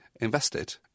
invested